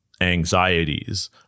anxieties